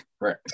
right